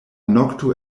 nokto